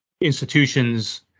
institutions